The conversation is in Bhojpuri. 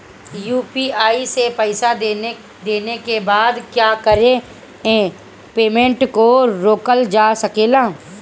यू.पी.आई से पईसा देने के बाद क्या उस पेमेंट को रोकल जा सकेला?